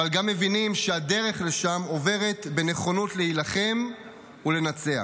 אבל גם מבינים שהדרך לשם עוברת בנכונות להילחם ולנצח.